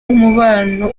umubano